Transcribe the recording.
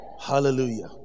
Hallelujah